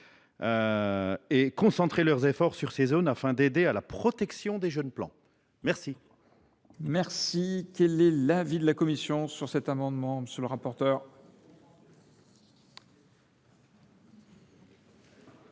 concentrent leurs efforts sur ces zones et aident à la protection des jeunes plants. C’est